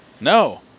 No